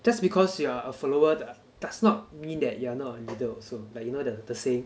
just because you are a follower does not mean that you are not a leader also like you know the the saying